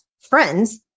friends